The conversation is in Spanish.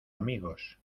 amigos